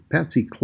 Patsy